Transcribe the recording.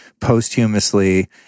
posthumously